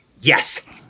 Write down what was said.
yes